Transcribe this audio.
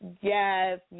Yes